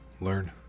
Learn